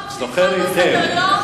זוכר היטב,